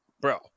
bro